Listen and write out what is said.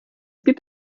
gibt